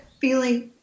feeling